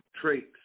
traits